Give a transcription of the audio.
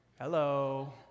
Hello